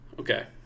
Okay